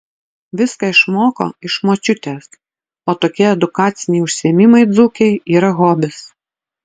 viską išmoko iš močiutės o tokie edukaciniai užsiėmimai dzūkei yra hobis